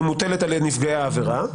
היא מוטלת על נפגעי העבירה.